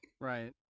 Right